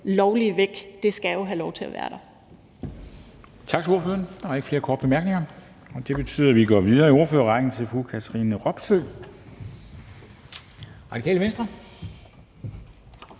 lovlige fra – det skal jo have lov til at være der.